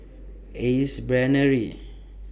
Ace Brainery